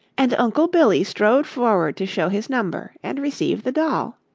and uncle billy strode forward to show his number and receive the doll.